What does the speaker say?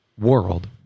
world